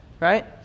right